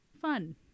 fun